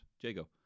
Jago